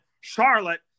Charlotte